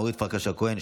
אורית פרקש הכהן,